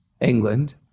England